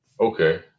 Okay